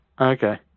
okay